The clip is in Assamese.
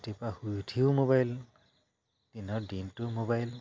ৰাতিপুৱা শুই উঠিও মোবাইল দিনৰ দিনটো মোবাইল